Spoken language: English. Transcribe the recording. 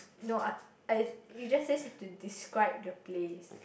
no I I you just say you have to describe the place